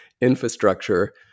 infrastructure